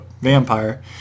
vampire